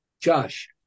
Josh